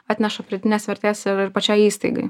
atneša pridėtinės vertės ir ir pačiai įstaigai